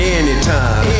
anytime